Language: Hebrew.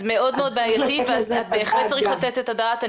זה מאוד בעייתי ובהחלט צריך לתת את הדעת.